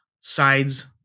sides